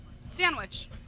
Sandwich